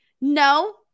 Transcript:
No